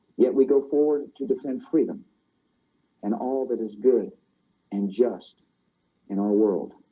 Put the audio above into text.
yet we go forward to defend freedom and all that is good and just in our world